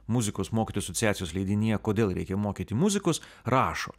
muzikos mokytojų asociacijos leidinyje kodėl reikia mokyti muzikos rašo